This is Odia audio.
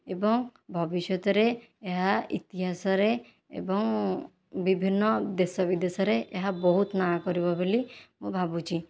ଏବଂ ଭବିଷ୍ୟତରେ ଏହା ଇତିହାସରେ ଏବଂ ବିଭିନ୍ନ ଦେଶ ବିଦେଶରେ ଏହା ବହୁତ ନାଁ କରିବ ବୋଲି ମୁଁ ଭାବୁଛି